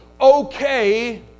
okay